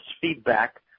feedback